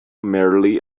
merely